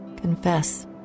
confess